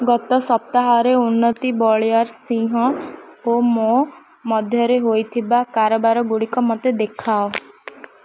ଗତ ସପ୍ତାହରେ ଉନ୍ନତି ବଳିଆରସିଂହ ଓ ମୋ ମଧ୍ୟରେ ହୋଇଥିବା କାରବାରଗୁଡ଼ିକ ମୋତେ ଦେଖାଅ